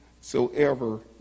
soever